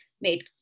made